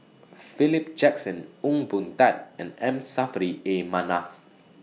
Philip Jackson Ong Boon Tat and M Saffri A Manaf